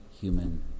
human